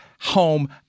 home